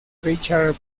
richard